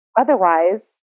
Otherwise